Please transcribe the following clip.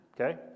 Okay